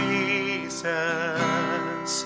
Jesus